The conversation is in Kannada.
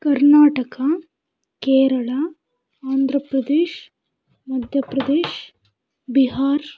ಕರ್ನಾಟಕ ಕೇರಳ ಆಂಧ್ರ ಪ್ರದೇಶ್ ಮಧ್ಯ ಪ್ರದೇಶ್ ಬಿಹಾರ್